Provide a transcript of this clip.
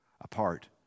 apart